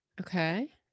Okay